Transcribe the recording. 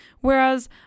Whereas